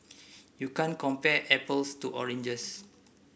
you can't compare apples to oranges